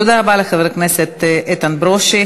תודה רבה לחבר הכנסת איתן ברושי.